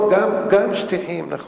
גם שטיחים, נכון.